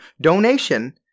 donation